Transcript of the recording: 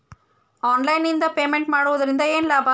Online ನಿಂದ payment ಮಾಡುವುದರಿಂದ ಏನು ಲಾಭ?